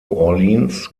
orleans